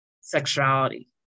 sexuality